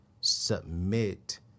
submit